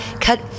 Cut